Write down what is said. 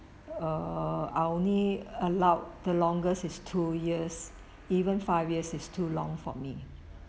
err I only allowed the longest is two years even five years is too long for me